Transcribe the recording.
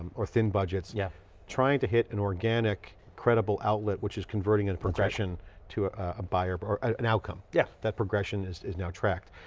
or thin budgets, yeah trying to hit an organic, credible outlet which is converting in progression to a ah buyer, an outcome. yeah that progression is is now tracked.